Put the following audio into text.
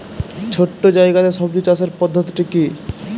ছোট্ট জায়গাতে সবজি চাষের পদ্ধতিটি কী?